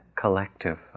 collective